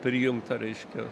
prijungtą reiškia